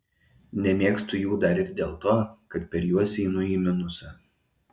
nemėgstu jų dar ir dėl to kad per juos einu į minusą